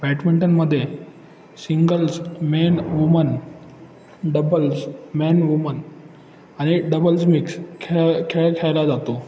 बॅडमिंटनमध्ये singles men woman doubles men woman आणि doubles mix खेळ खेळ खेळायला जातो